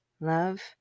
Love